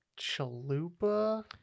Chalupa